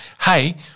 hey